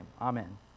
amen